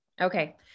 Okay